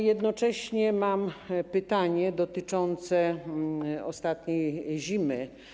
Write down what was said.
Jednocześnie mam pytanie dotyczące ostatniej zimy.